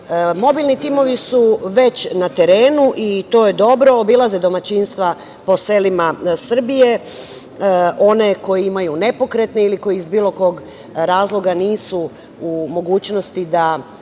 ne. Mobilni timovi su već na terenu i to je dobro, obilaze domaćinstva po selima Srbije, one koji imaju nepokretne ili koji iz bilo kog razloga nisu u mogućnosti da